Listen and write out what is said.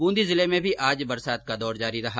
ब्रंदी जिले में भी आज बरसात का दौर जारी रहा